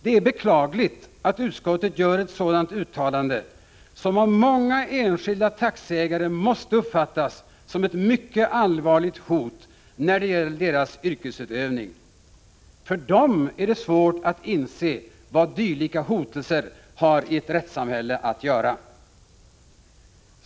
Det är beklagligt att utskottet gör ett sådant uttalande som av många enskilda taxiägare måste uppfattas som ett mycket allvarligt hot när det gäller deras yrkesutövning. För dem är det svårt att inse vad dylika hotelser har i ett rättssamhälle att göra.